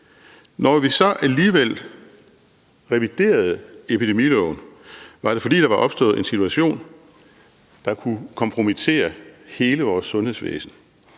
Når vi så alligevel reviderede epidemiloven, var det, fordi der var opstået en situation, der kunne kompromittere hele vores sundhedsvæsen,